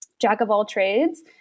jack-of-all-trades